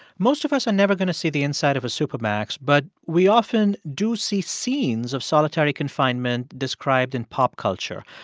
most of us are never going to see the inside of a supermax. but we often do see scenes of solitary confinement described in pop culture.